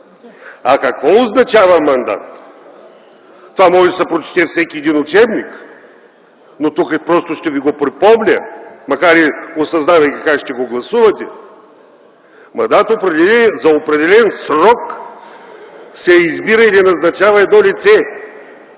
А какво означава мандат – това може да се прочете във всеки един учебник. Тук просто ще ви го припомня, макар осъзнавайки как ще го гласувате. Мандат – за определен срок се избира или назначава едно лице.